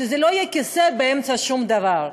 שזה לא יהיה כיסא באמצע שום דבר.